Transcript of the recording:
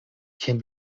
can